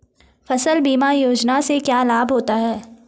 फसल बीमा योजना से क्या लाभ होता है?